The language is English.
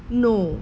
no